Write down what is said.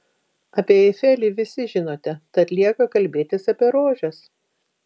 apie eifelį visi žinote tad lieka kalbėtis apie rožes